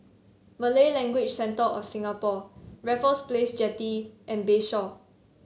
Malay Language Centre of Singapore Raffles Place Jetty and Bayshore